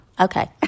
okay